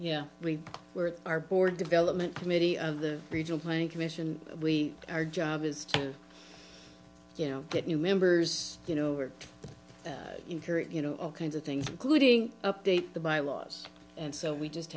yeah we're our board development committee of the regional planning commission we our job is to you know get new members you know or encourage you know all kinds of things including update the bylaws and so we just